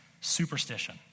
superstition